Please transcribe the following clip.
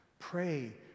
pray